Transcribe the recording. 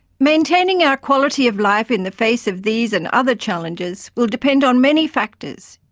maintaining our quality of life in the face of these and other challenges will depend on many factors,